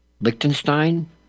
Liechtenstein